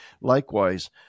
Likewise